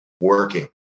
working